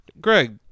Greg